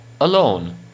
alone